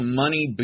money